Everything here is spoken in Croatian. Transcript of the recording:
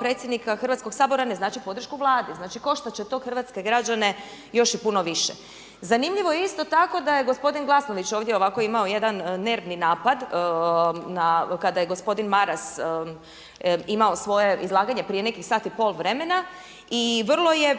predsjednika Hrvatskog sabora ne znači podršku Vladi. Znači, koštat će to hrvatske građene još i puno više. Zanimljivo je isto tako da je gospodin Glasnović ovdje ovako imao jedan nervni napad kada je gospodin Maras imao svoje izlaganje prije nekih sat i pol vremena. I vrlo je